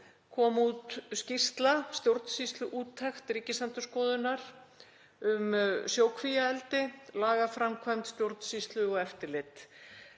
kom út skýrsla, stjórnsýsluúttekt Ríkisendurskoðunar um sjókvíaeldi, lagaframkvæmd, stjórnsýslu og eftirlit.